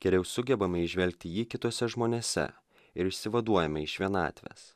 geriau sugebame įžvelgti jį kituose žmonėse ir išsivaduojame iš vienatvės